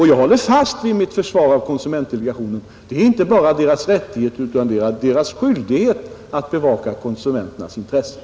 Jag håller fast vid mitt försvar av konsumentdelegationen, Det är inte bara dess rättighet utan också dess skyldighet att bevaka konsumenternas intressen,